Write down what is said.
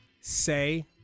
Say